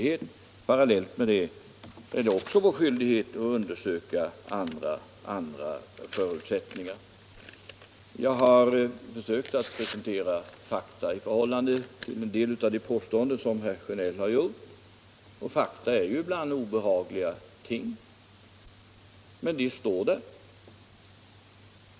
Men parallellt med det är det också vår skyldighet att undersöka andra förutsättningar. Jag har försökt att presentera fakta i förhållande till en del av de påståenden som herr Sjönell har gjort. Fakta är ibland obehagliga ting, men de står där.